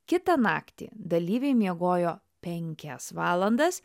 kitą naktį dalyviai miegojo penkias valandas